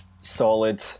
solid